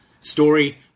story